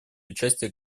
участие